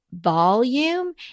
volume